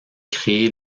créée